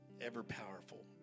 ever-powerful